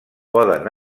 poden